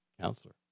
counselor